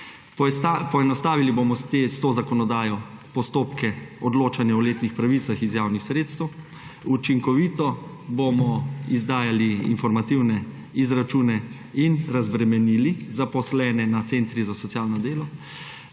poenostavili postopke odločanja o letnih pravicah iz javnih sredstev, učinkovito bomo izdajali informativne izračune in razbremenili zaposlene na centrih za socialno delo.